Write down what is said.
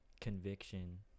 conviction